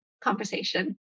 conversation